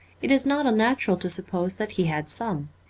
it is not unnatural to suppose that he had some.